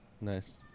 Nice